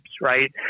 right